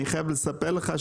אני חייב לספר לך.